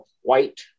white